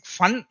fun